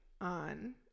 on